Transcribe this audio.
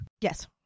Yes